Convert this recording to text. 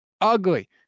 ugly